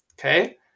Okay